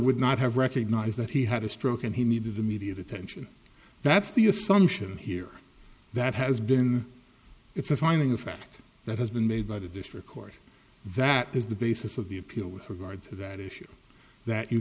would not have recognized that he had a stroke and he needed immediate attention that's the assumption here that has been it's a finding of fact that has been made by the district court that is the basis of the appeal with regard to that issue that you